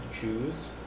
choose